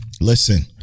Listen